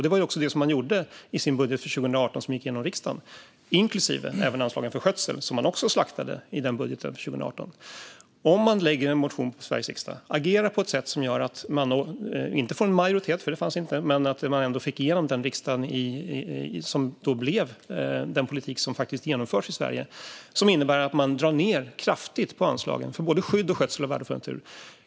Det var också detta man gjorde i sin budget för 2018, som gick igenom i riksdagen. Det gällde även anslagen för skötsel, som man också slaktade i budgeten för 2018. Man väcker en motion i Sveriges riksdag och agerar på ett sätt som gör att man får igenom den i riksdagen, även om man inte får en majoritet. Detta blir den politik som faktiskt genomförs i Sverige och som innebär att man drar ned kraftigt på anslagen för både skydd och skötsel av värdefull natur.